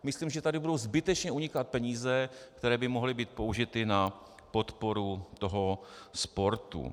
Myslím, že tady budou zbytečně unikat peníze, které by mohly být použity na podporu toho sportu.